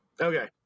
Okay